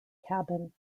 cabin